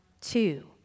two